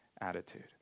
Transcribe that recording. attitude